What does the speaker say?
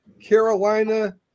Carolina